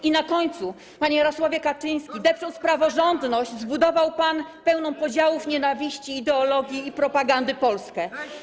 I na końcu - panie Jarosławie Kaczyński, depcząc praworządność, zbudował pan pełną podziałów, nienawiści, ideologii i propagandy Polskę.